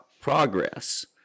progress